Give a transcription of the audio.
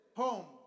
home